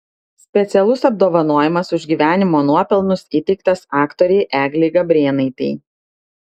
specialus apdovanojimas už gyvenimo nuopelnus įteiktas aktorei eglei gabrėnaitei